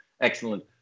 excellent